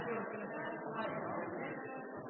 gode. Det er derfor signalisert i